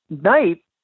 night